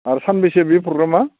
आरो सानबैसे बेयो प्रग्रामआ